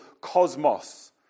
cosmos